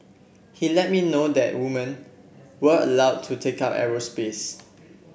he let me know that women were allowed to take up aerospace